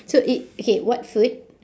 so it okay what food